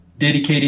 dedicated